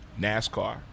NASCAR